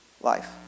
life